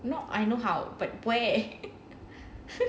no I know how but where